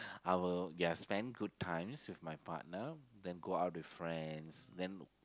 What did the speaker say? I will ya spend good times with my partner then go out with friends then